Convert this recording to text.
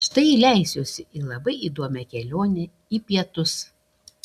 štai leisiuosi į labai įdomią kelionę į pietus